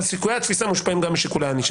אבל סיכויי התפיסה מושפעים גם משיקולי ענישה.